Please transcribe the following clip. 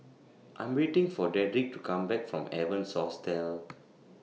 I Am waiting For Dedrick to Come Back from Evans Hostel